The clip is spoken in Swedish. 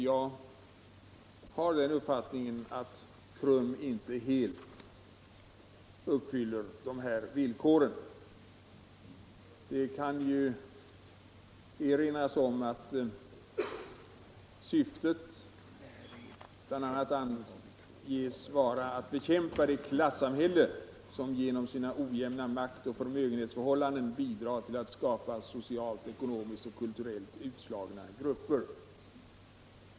Jag har den uppfattningen att KRUM inte helt uppfyller de här villkoren. Det kan erinras om att dess syfte bl.a. anges vara att bekämpa det klassamhälle som genom sina ojämna maktoch förmögenhetsförhållanden bidrar till att skapa socialt, ekonomiskt och kulturellt utslagna grupper.